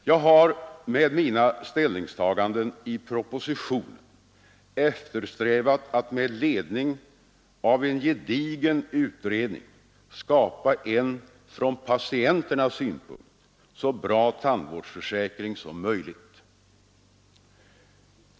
Jag har med mina ställningstaganden i propositionen eftersträvat att med ledning av en gedigen utredning skapa en från patientens synpunkt så bra tandvårdsförsäkring som möjligt.